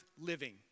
living